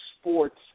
sports